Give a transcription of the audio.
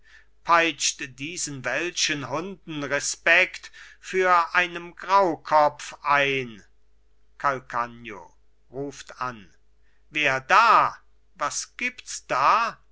peitscht diesen welschen hunden respekt für einem graukopf ein calcagno ruft an wer da was gibts da